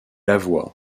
avoua